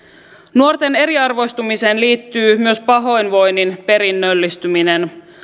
nuorten eriarvoistumiseen liittyy myös pahoinvoinnin perinnöllistyminen